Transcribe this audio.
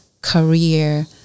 career